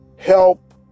help